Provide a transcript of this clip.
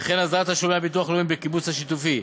וכן הסדרת תשלומי הביטוח הלאומי בקיבוץ השיתופי.